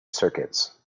circuits